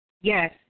yes